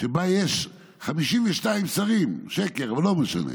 "שבה יש 52 שרים, שקר, אבל לא משנה,